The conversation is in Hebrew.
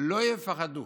לא יפחדו